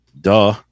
Duh